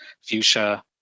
fuchsia